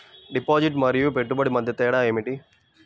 Deposit మరియు పెట్టుబడి మధ్య తేడా ఏమిటి?